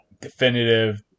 definitive